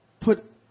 put